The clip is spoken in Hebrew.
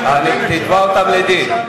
תתבע אותם לדין.